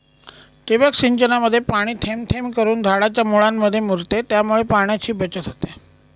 ठिबक सिंचनामध्ये पाणी थेंब थेंब करून झाडाच्या मुळांमध्ये मुरते, त्यामुळे पाण्याची बचत होते